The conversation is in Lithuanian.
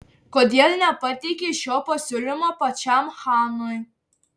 kodėl nepateikei šio pasiūlymo pačiam chanui